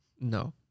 No